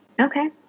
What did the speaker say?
Okay